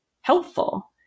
helpful